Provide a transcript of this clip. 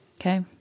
Okay